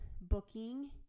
booking